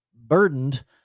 burdened